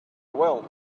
will